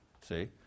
See